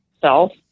self